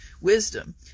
wisdom